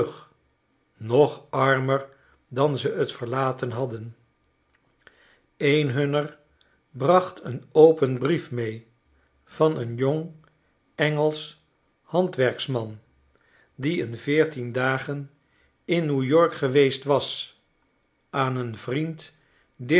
nog armer dan ze t verlaten hadden een hunner bracht een open brief mee van een jong engelsch handwerksman die een veertien dagen in n e wyork geweest was aan een vriend